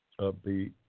upbeat